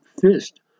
fist